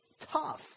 tough